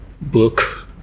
book